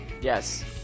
Yes